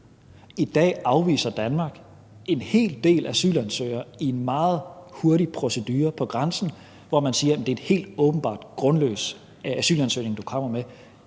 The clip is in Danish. I dag afviser Danmark en hel del asylansøgere i en meget hurtig procedure på grænsen, hvor man siger: Det er en helt åbenbart grundløs asylansøgning, du kommer med,